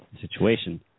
situation